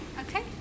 okay